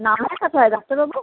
নাম লেখাতে হয় ডাক্তারবাবু